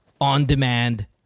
on-demand